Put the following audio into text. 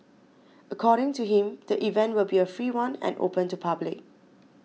according to him the event will be a free one and open to public